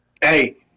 Hey